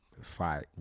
fight